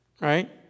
Right